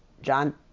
John